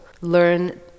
learn